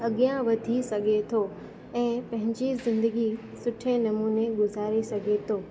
अॻियां वधी सघे थो ऐं पंहिंजी ज़िंदगी सुठे नमूने गुज़ारी सघे थो